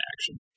action